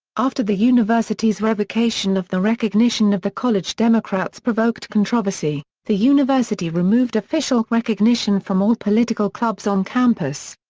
after the university's revocation of the recognition of the college democrats provoked controversy, the university removed official recognition from all political clubs on campus.